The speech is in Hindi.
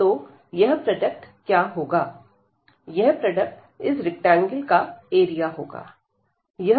तो यह प्रोडक्ट क्या होगा यह प्रोडक्ट इस रैक्टेंगल का एरिया होगा